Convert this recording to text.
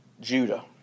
Judah